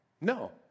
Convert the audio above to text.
no